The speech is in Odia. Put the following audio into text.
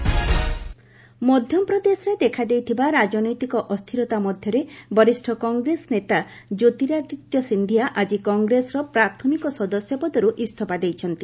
ସିନ୍ଧିଆ ରିଜାଇନ୍ସ ମଧ୍ୟପ୍ରଦେଶରେ ଦେଖାଦେଇଥିବା ରାଜନୈତିକ ଅସ୍ଥିରତା ମଧ୍ୟରେ ବରିଷ୍ଣ କଂଗ୍ରେସ ନେତା ଜ୍ୟୋତିରାଦିତ୍ୟ ସିନ୍ଧିଆ ଆଜି କଂଗ୍ରେସର ପ୍ରାଥମିକ ସଦସ୍ୟ ପଦର୍ ଇସ୍ତଫା ଦେଇଛନ୍ତି